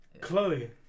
Chloe